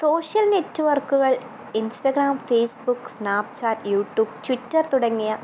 social നെറ്റ്വർക്കുകൾ Instagram Facebook Snapchat YouTube Twitter തുടങ്ങിയ